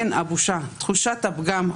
כן, הבושה, תחושת הפגם.